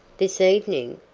this evening?